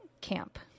camp